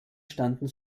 standen